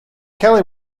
kelly